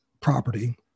property